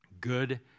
good